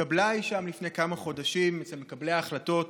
התקבלה אי שם לפני כמה חודשים אצל מקבלי ההחלטות